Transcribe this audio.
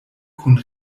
kun